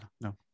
No